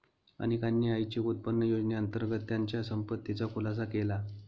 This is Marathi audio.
अनेकांनी ऐच्छिक उत्पन्न योजनेअंतर्गत त्यांच्या संपत्तीचा खुलासा केला